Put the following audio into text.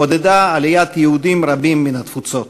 עודדה עליית יהודים רבים מן התפוצות.